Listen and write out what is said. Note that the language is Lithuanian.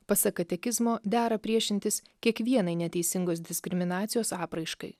pasak katekizmo dera priešintis kiekvienai neteisingos diskriminacijos apraiškai